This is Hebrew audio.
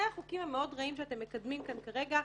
החוקים המאוד רעים שאתם מקדמים כאן כרגע,